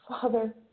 Father